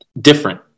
different